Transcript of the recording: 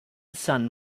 sun